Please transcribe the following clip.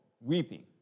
weeping